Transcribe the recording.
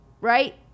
right